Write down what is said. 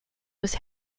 was